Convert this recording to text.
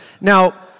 Now